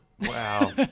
Wow